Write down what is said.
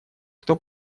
кто